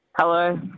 Hello